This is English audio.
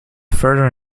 further